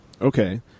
Okay